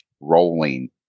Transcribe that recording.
rolling